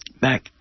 back